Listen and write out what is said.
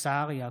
הכביש,